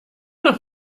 noch